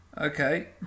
Okay